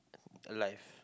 life